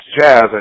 jazz